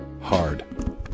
hard